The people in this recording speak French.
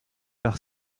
par